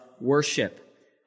worship